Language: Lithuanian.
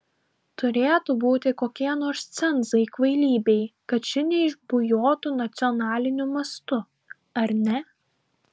turėtų būti kokie nors cenzai kvailybei kad ši neišbujotų nacionaliniu mastu ar ne